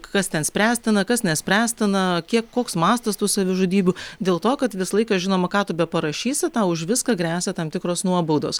kas ten spręstina kas nespręstina kiek koks mastas tų savižudybių dėl to kad visą laiką žinoma ką tu be parašysi tau už viską gresia tam tikros nuobaudos